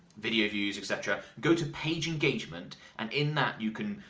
video views, etc. go to page engagement, and in that you can,